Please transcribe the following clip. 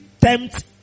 tempt